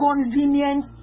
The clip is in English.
convenient